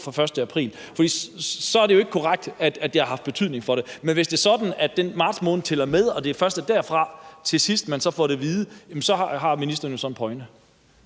den 1. april? For så er det jo ikke korrekt, at det har haft betydning for det, men hvis det er sådan, at marts måned tæller med og det først er derfra, til sidst, man får det at vide, har ministeren jo så en pointe.